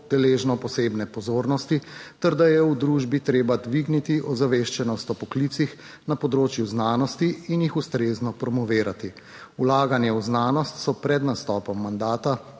deležno posebne pozornosti ter da je v družbi treba dvigniti ozaveščenost o poklicih na področju znanosti in jih ustrezno promovirati. Vlaganja v znanost so pred nastopom mandata